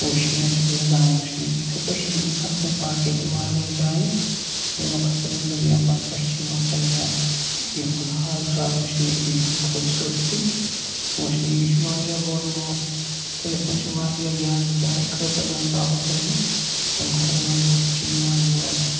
وُشنہِ اَتیُک نِظام وٕچھنہِ یِتھٕے پٲٹھۍ چھِ ہِندوستانَس منٛز باقٕے تہِ واریاہ جایہِ یِمو خٲطرٕ زَن دُنیا بَر پٮ۪ٹھ چھِ یِوان سَیاح یِہُنٛد حال چال وٕچھنہِ یِم ہِنٛز خوٗبصوٗرتی وٕچھنہِ یہِ چھُ واریاہ بوٚڑ مُلُک تہٕ یَتھ منٛز چھِ واریاہ زیادٕ جایہِ کۭژاہ گنٛزراوو تۄہہِ بہٕ ییٚمہِ خٲطرٕ زَن لُکھ چھِ یِوان یور